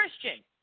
Christian